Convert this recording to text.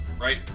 Right